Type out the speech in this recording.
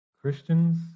Christians